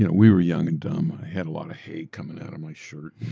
you know we were young and dumb, i had a lot of hate coming out of my shirt,